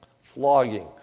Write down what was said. flogging